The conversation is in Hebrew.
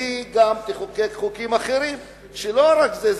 תחוקק חוקים אחרים, לא רק זה.